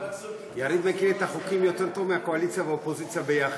יריב מכיר את החוקים יותר טוב מהקואליציה והאופוזיציה ביחד.